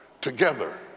together